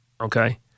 okay